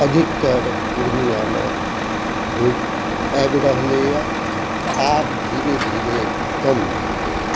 अधिकतर पूर्णियामे होइत आबि रहलैए आब धीरे धीरे कम भेलैए